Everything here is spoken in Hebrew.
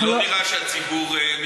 לכן אני מציע לכם,